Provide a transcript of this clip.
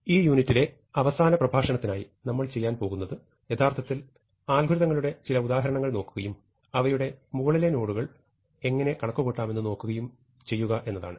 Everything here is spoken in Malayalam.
ഈ യൂണിറ്റിലെ അവസാന പ്രഭാഷണത്തിനായി നമ്മൾ ചെയ്യാൻ പോകുന്നത് യഥാർത്ഥത്തിൽ അൽഗോരിതംസിന്റെ ചില ഉദാഹരണങ്ങൾ നോക്കുകയും അവയുടെ മുകളിലെ നോഡുകൾ എങ്ങനെ കണക്കുകൂട്ടാമെന്ന് നോക്കുകയും ചെയ്യുക എന്നതാണ്